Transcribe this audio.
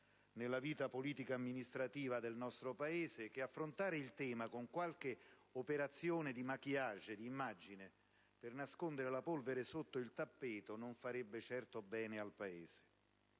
nella vita politica e amministrativa del nostro Paese che affrontare il tema con qualche operazione di *maquillage*, di immagine, nascondendo la polvere sotto il tappeto, non farebbe certo bene al Paese.